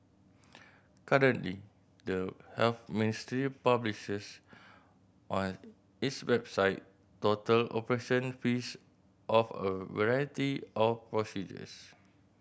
currently the Health Ministry publishes on its website total operation fees of a variety of procedures